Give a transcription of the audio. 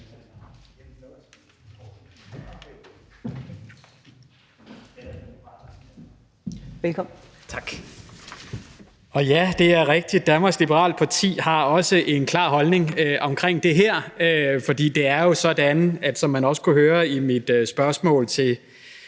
Jensen (V): Tak. Ja, det er rigtigt, at Danmarks Liberale Parti også har en klar holdning til det her, for det er jo sådan, som man også kunne høre i mit spørgsmål til